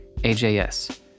AJS